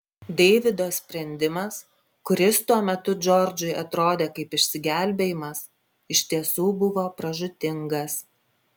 deivido sprendimas kuris tuo metu džordžui atrodė kaip išsigelbėjimas iš tiesų buvo pražūtingas